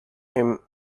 him